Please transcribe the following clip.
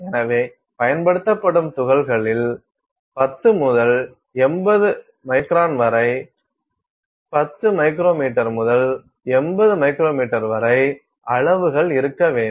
எனவே பயன்படுத்தப்படும் துகள்களில் 10 முதல் 80 மைக்ரான் வரை 10 மைக்ரோமீட்டர் முதல் 80 மைக்ரோமீட்டர் வரை அளவுகள் இருக்க வேண்டும்